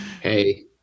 Hey